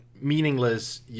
meaningless